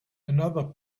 another